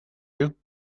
you